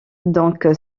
donc